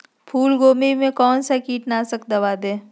फूलगोभी में कौन सा कीटनाशक दवा दे?